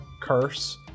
curse